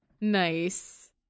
Nice